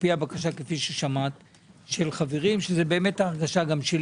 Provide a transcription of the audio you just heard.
לפי הבקשה של חברים שמרגישים וזאת גם ההרגשה שלי